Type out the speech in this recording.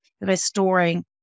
restoring